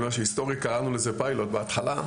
היסטורית קראנו לזה פיילוט בהתחלה.